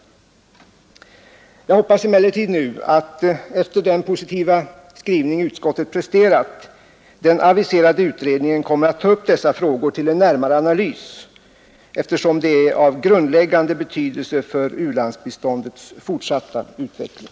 Jag hoppas emellertid nu efter den positiva skrivning utskottet presterat att den aviserade utredningen kommer att ta upp dessa frågor till närmare analys, eftersom de är av grundläggande betydelse för u-landsbiståndets fortsatta utveckling.